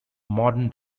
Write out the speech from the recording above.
modern